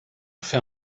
fait